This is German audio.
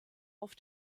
auf